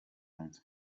nzu